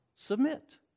Submit